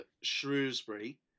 Shrewsbury